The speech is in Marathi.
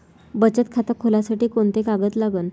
बचत खात खोलासाठी कोंते कागद लागन?